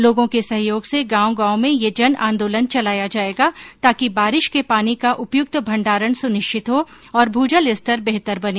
लोगों के सहयोग से गांव गांव में यह जन आंदोलन चलाया जायेगा ताकि बारिश के पानी का उपयुक्त भंडारण सुनिश्चित हो और भूजल स्तर बेहतर बने